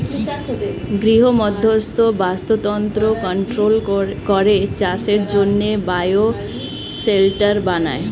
গৃহমধ্যস্থ বাস্তুতন্ত্র কন্ট্রোল করে চাষের জন্যে বায়ো শেল্টার বানায়